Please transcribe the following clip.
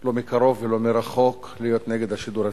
לא מקרוב ולא מרחוק, להיות נגד השידור הציבורי,